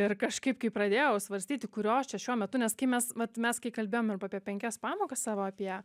ir kažkaip kai pradėjau svarstyti kurios čia šiuo metu nes kai mes mat mes kai kalbėjome apie penkias pamokas savo apie